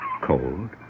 Cold